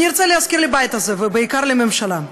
אני רוצה להזכיר לבית הזה, ובעיקר לממשלה: